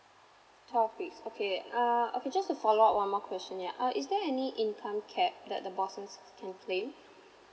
twelve weeks okay uh okay just to follow up one more question yeah uh is there any income cap that the bosses can claim